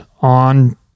on